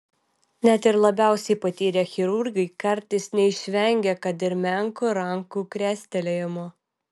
net ir labiausiai patyrę chirurgai kartais neišvengia kad ir menko rankų krestelėjimo